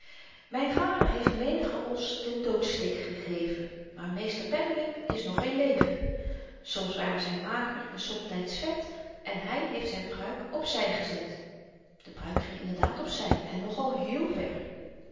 myn vader heeft menigen os den doodsteek gegeven maar meester pennewip is nog in leven soms waren zy mager en somtyds vet en hy heeft zyn pruik op zy gezet de pruik ging inderdaad op zy en nogal héél ver